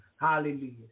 Hallelujah